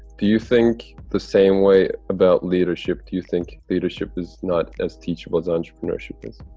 do you think the same way about leadership? do you think leadership is not as teachable as entrepreneurship is?